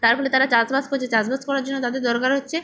তার ফলে তারা চাষবাস করছে চাষবাস করার জন্য তাদের দরকার হচ্ছে